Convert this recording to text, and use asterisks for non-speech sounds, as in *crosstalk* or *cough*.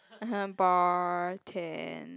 *laughs* bartend